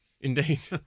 Indeed